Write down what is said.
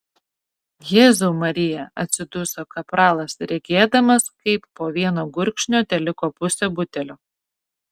jėzau marija atsiduso kapralas regėdamas kaip po vieno gurkšnio teliko pusė butelio